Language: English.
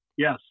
Yes